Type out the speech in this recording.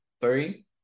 three